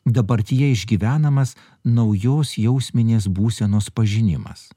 dabartyje išgyvenamas naujos jausminės būsenos pažinimas